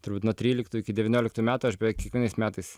turbūt nuo tryliktų iki devynioliktų metų aš beveik kiekvienais metais